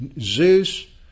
Zeus